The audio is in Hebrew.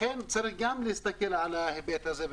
לכן צריך גם להסתכל על ההיבט הזה.